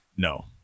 No